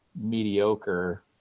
mediocre